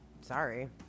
sorry